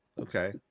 Okay